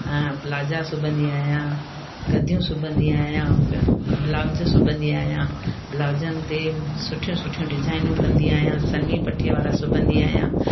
ऐं प्लाजा सिबंदी आहियां गद्दियूं सिबंदी आहियां ब ब्लाउज सिबंदी आहियां ब्लाउजनि ते सुठियूं सुठियूं डिजाइनूं कंदी आहियां सनी पट्टीअ वारा सिबंदी आहियां